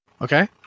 Okay